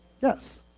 Yes